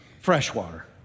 Freshwater